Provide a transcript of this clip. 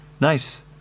nice